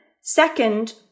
second